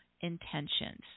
intentions